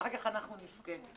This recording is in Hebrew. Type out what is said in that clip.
ואחר כך אנחנו נבכה.